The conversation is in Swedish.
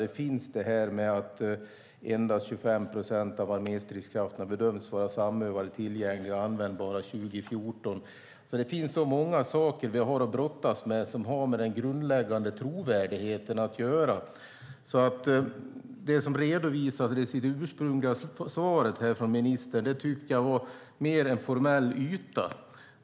Det finns detta med att endast 25 procent av arméstridskrafterna bedöms vara samövade, tillgängliga och användbara 2014. Det finns så många saker vi har att brottas med som har att göra med den grundläggande trovärdigheten. Det som redovisades i det ursprungliga svaret från ministern var mer en formell yta.